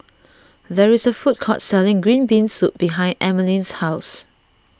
there is a food court selling Green Bean Soup behind Emaline's house